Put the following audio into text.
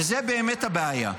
וזאת באמת הבעיה,